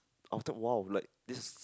after a while like this